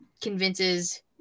convinces